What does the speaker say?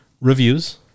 reviews